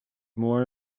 more